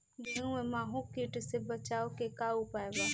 गेहूँ में माहुं किट से बचाव के का उपाय बा?